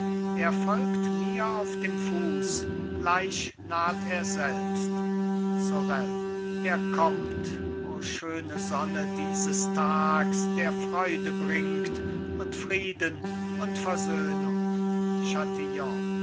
er folgt mir auf dem fuß gleich naht er selbst sorel er kommt o schöne sonne dieses tags der freude bringt und frieden und versöhnung